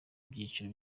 byiciro